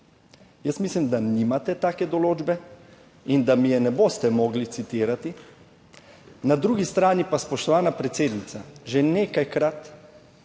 Jaz mislim, da nimate take določbe in da mi je ne boste mogli citirati. Na drugi strani pa, spoštovana predsednica, že nekajkrat